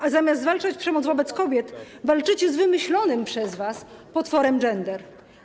A zamiast zwalczać przemoc wobec kobiet, walczycie z wymyślonym przez was potworem gender.